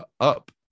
up